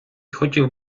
хотів